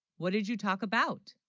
what did you talk about?